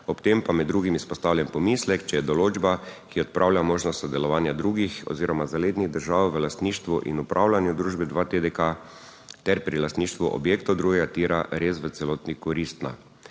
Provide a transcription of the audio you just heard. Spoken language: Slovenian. ob tem pa med drugim izpostavljen pomislek, če je določba, ki odpravlja možnost sodelovanja drugih oziroma zalednih držav v lastništvu in upravljanju družbe 2TDK ter pri lastništvu objektov drugega tira, res v celoti koristna.